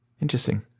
Interesting